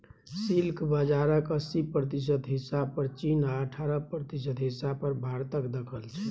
silk बजारक अस्सी प्रतिशत हिस्सा पर चीन आ अठारह प्रतिशत हिस्सा पर भारतक दखल छै